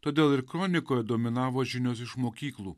todėl ir kronikoj dominavo žinios iš mokyklų